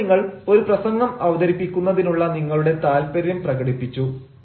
ഇവിടെ നിങ്ങൾ ഒരു പ്രസംഗം അവതരിപ്പിക്കുന്നതിനുള്ള നിങ്ങളുടെ താൽപര്യം പ്രകടിപ്പിച്ചു